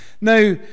Now